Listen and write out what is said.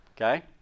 okay